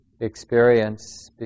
experience